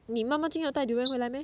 你妈妈今天有带 durian 回来 meh